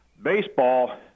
Baseball